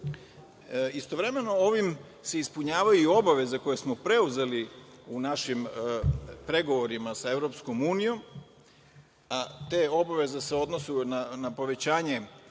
Evrope. Istovremeno, ovim se ispunjavaju i obaveze koje smo preuzeli u našim pregovorima sa EU, a te obaveze se odnose na povećanje